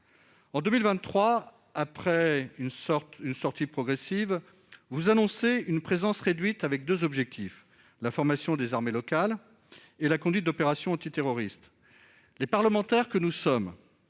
En 2023, après une sortie progressive, vous annoncez une présence réduite, avec deux objectifs : la formation des armées locales et la conduite d'opérations antiterroristes. Les parlementaires que nous sommes,